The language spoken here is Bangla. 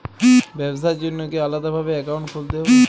ব্যাবসার জন্য কি আলাদা ভাবে অ্যাকাউন্ট খুলতে হবে?